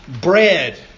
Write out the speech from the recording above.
bread